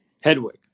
Hedwig